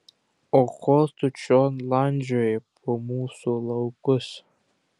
o ko tu čion landžioji po mūsų laukus